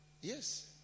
yes